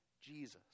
Jesus